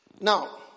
Now